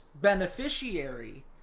beneficiary